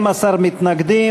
12 מתנגדים.